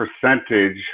percentage